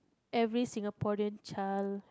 every Singaporean child